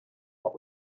what